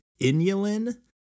inulin